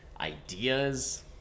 ideas